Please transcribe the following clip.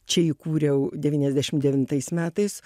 čia įkūriau devyniasdešim devintais metais